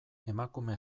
emakume